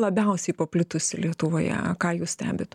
labiausiai paplitusi lietuvoje ką jūs stebit